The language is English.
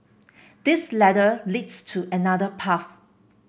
this ladder leads to another path